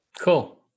cool